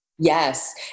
Yes